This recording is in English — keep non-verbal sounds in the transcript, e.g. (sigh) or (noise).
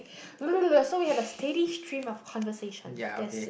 (noise) so we have a steady stream of conversation yes